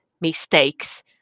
mistakes